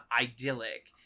idyllic